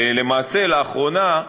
למעשה, לאחרונה,